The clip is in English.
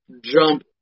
jump